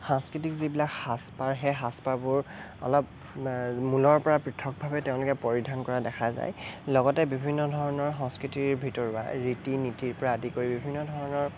সাংস্কৃতিক যিবিলাক সাজপাৰ সেই সাজপাৰবোৰ অলপ মূলৰপৰা পৃথকভাৱে তেওঁলোকে পৰিধান কৰা দেখা যায় লগতে বিভিন্ন ধৰণৰ সংস্কৃতিৰ ভিতৰুৱা ৰীতি নীতিৰপৰা আদি কৰি বিভিন্ন ধৰণৰ